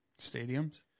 stadiums